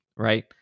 Right